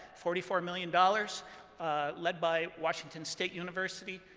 forty four million dollars led by washington state university,